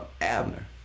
Abner